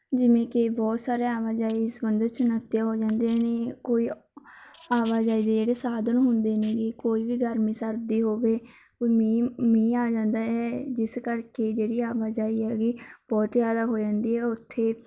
ਜਿਵੇਂ ਕਿ ਬਹੁਤ ਸਾਰੇ ਆਵਾਜਾਈ ਸੰਬੰਧਿਤ ਚੁਨੌਤੀਆਂ ਹੋ ਜਾਂਦੀਆਂ ਨੇ ਕੋਈ ਆਵਾਜਾਈ ਦੇ ਜਿਹੜੇ ਸਾਧਨ ਹੁੰਦੇ ਨੇਗੇ ਕੋਈ ਵੀ ਗਰਮੀ ਸਰਦੀ ਹੋਵੇ ਕੋਈ ਮੀਂਹ ਮੀਂਹ ਆ ਜਾਂਦਾ ਹੈ ਜਿਸ ਕਰਕੇ ਜਿਹੜੀ ਆਵਾਜਾਈ ਹੈਗੀ ਬਹੁਤ ਜ਼ਿਆਦਾ ਹੋ ਜਾਂਦੀ ਹੈ ਉੱਥੇ